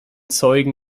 zeugen